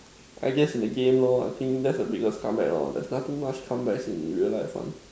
I guess in a game lor I think that's the biggest comeback lor there's nothing much comebacks in real life one